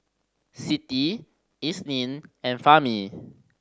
Siti Isnin and Fahmi